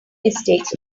mistakes